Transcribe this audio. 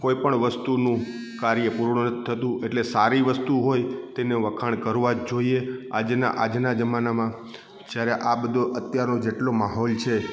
કોઈ પણ વસ્તુનું કાર્ય પૂર્ણ નથી થતું એટલે સારી વસ્તુ હોય તેને વખાણ કરવા જ જોઈએ આજનાં જમાનામાં જ્યારે આ બધું અત્યારનો જેટલો માહોલ છે